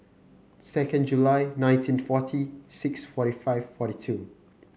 second July nineteen forty six forty five forty two